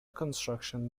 construction